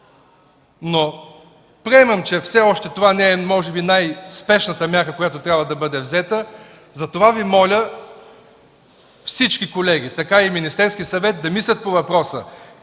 Приемам, че все още това може би не е най-спешната мярка, която трябва да бъде взета. Затова моля всички колеги, както и Министерският съвет да мислят по въпроса